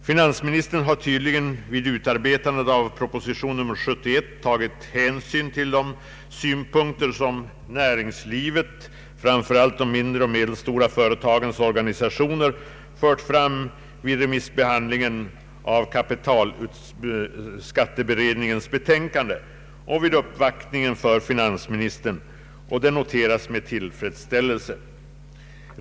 Finansministern har tydligen vid utarbetandet av proposition nr 71 tagit hänsyn till de synpunkter som näringslivet, framför allt de mindre och medelstora företagens organisationer, fört fram vid remissbehandlingen av kapitalskatteberedningens betänkande och vid uppvaktningen för finansministern, och detta noteras med tillfredsställelse.